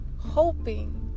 hoping